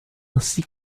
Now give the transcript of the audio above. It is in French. ainsi